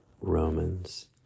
Romans